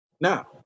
Now